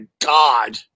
God